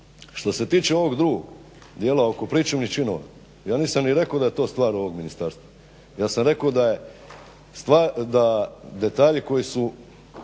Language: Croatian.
Što se tiče ovog drugog dijela oko pričuvnih činova ja nisam ni rekao da je to stvar ovog ministarstva, ja sam rekao da je stvar da detalji koji su